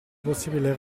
possibile